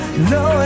No